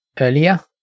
earlier